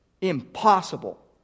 Impossible